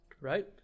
right